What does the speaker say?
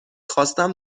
خواستم